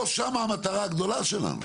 לא שם המטרה הגדולה שלנו.